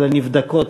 אבל נבדקות,